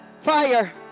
Fire